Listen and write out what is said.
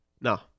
No